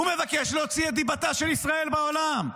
הוא מבקש להוציא את דיבתה של ישראל בעולם.